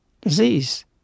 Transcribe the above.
disease